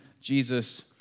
Jesus